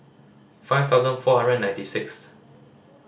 five thousand four hundred and ninety sixth